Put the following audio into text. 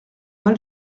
mal